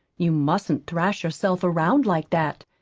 you mustn't thrash yourself around like that,